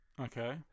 Okay